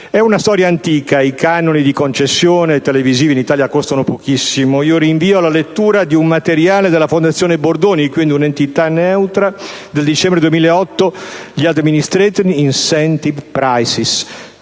È una storia antica. I canoni di concessione televisiva in Italia costano pochissimo. Rinvio alla lettura di un materiale della Fondazione Bordoni, quindi un'entità neutra, del dicembre 2008, dal titolo «*Gli Administered Incentive Prices*».